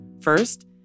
First